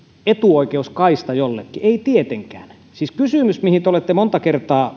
etuoikeuskaista jollekin ei tietenkään siis kysymys mihin te olette monta kertaa